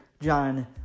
John